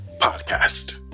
podcast